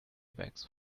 bags